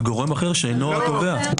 על גורם אחר שאינו התובע.